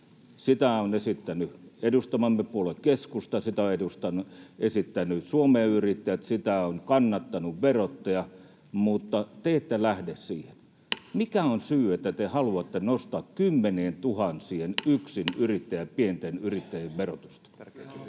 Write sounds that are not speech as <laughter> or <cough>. Sitä on esittänyt edustamamme puolue keskusta, sitä on esittänyt Suomen Yrittäjät, sitä on kannattanut verottaja, mutta te ette lähde siihen. <noise> Mikä on syy, että te haluatte nostaa kymmenientuhansien <noise> yksinyrittäjien, pienten yrittäjien verotusta? [Ben